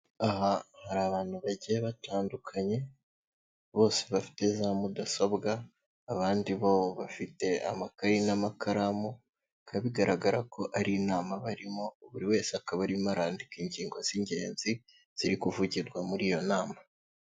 Aha hari abantu bagiye batandukanye bose bafite za mudasobwa, abandi bo bafite amakayi n'amakaramu, bikaba bigaragara ko ari inama barimo buri wese akaba arimo arandika ingingo z'ingenzi ziri kuvugirwa muri iyo nama.